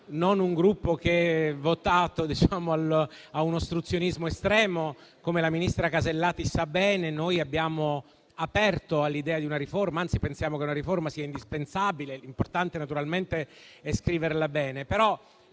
non un Gruppo votato a un ostruzionismo estremo. Come la ministra Alberti Casellati sa bene, noi siamo aperti all'idea di una riforma, anzi pensiamo che una riforma sia indispensabile; l'importante naturalmente è scriverla bene.